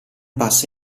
passa